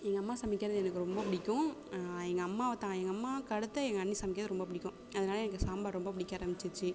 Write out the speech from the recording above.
எங்கள் அம்மா சமைக்கிறது எனக்கு ரொம்ப பிடிக்கும் எங்கள் அம்மாவை தா எங்கள் அம்மாக்கு அடுத்த எங்கள் அண்ணி சமைக்கிறது ரொம்ப பிடிக்கும் அதனால எனக்கு சாம்பார் ரொம்ப பிடிக்க ஆரம்பிச்சிருச்சு